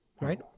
right